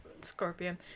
Scorpion